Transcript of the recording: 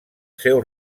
seu